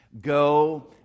Go